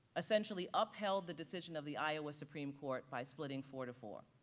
essentially upheld the decision of the iowa supreme court by splitting four to four.